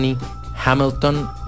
Hamilton